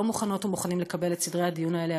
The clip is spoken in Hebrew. לא מוכנות ומוכנים לקבל את סדרי הדיון האלה,